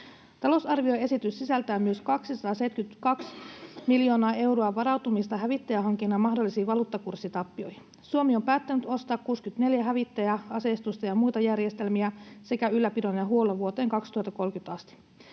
Talousarvioesitys sisältää myös 272 miljoonaa euroa varautumista hävittäjähankinnan mahdollisiin valuuttakurssitappioihin. Suomi on päättänyt ostaa 64 hävittäjää, aseistusta ja muita järjestelmiä sekä ylläpidon ja huollon vuoteen 2030 asti.